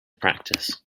practice